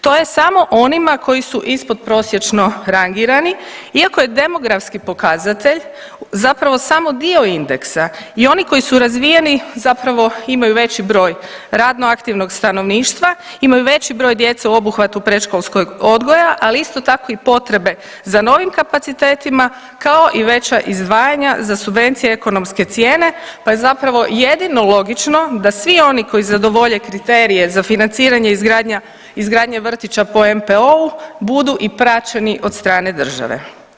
To je samo onima koji su ispodprosječno rangirani iako je demografski pokazatelj zapravo samo dio indeksa i oni koji su razvijeni zapravo imaju veći broj radno aktivnog stanovništva, imaju veći broj djece u obuhvatu predškolskog odgoja, ali isto tako i potrebe za novim kapacitetima kao i veća izdvajanja za subvencije ekonomske cijene pa je zapravo jedino logično da svi oni koji zadovolje kriterije za financiranje izgradnja, izgradnje vrtića po NPO-u budu i praćeni od strane države.